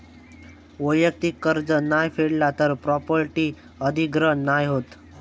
वैयक्तिक कर्ज नाय फेडला तर प्रॉपर्टी अधिग्रहण नाय होत